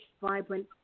vibrant